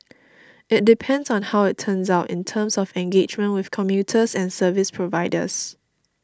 it depends on how it turns out in terms of engagement with commuters and service providers